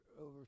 over